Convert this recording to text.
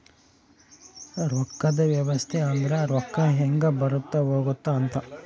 ರೊಕ್ಕದ್ ವ್ಯವಸ್ತೆ ಅಂದ್ರ ರೊಕ್ಕ ಹೆಂಗ ಬರುತ್ತ ಹೋಗುತ್ತ ಅಂತ